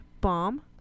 bomb